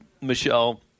Michelle